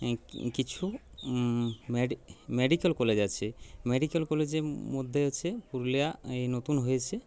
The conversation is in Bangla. কিছু মেডিকেল কলেজ আছে মেডিকেল কলেজের মধ্যে আছে পুরুলিয়া এই নতুন হয়েছে